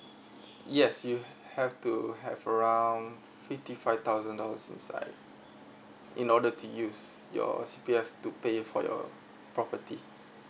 yes you have to have around fifty five thousand dollars inside in order to use your C_P_F to pay for your property